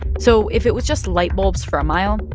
so if it was just light bulbs for a mile,